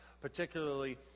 particularly